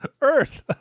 earth